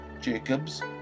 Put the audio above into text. Jacob's